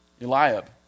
Eliab